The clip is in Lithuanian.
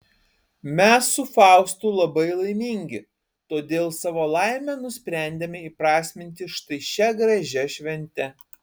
mes su faustu labai laimingi todėl savo laimę nusprendėme įprasminti štai šia gražia švente